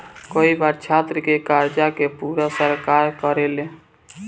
कई बार छात्र के कर्जा के पूरा सरकार करेले